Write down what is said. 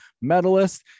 medalist